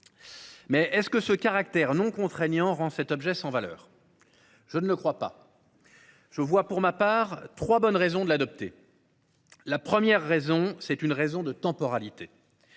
Parlement. Ce caractère non contraignant rend il cet objet sans valeur ? Je ne le crois pas. Je vois, pour ma part, trois bonnes raisons de l’adopter. La première est une raison de temporalité